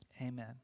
Amen